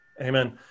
Amen